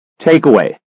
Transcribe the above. Takeaway